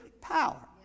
power